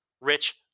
Rich